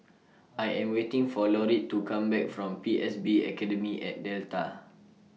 I Am waiting For Laurette to Come Back from P S B Academy At Delta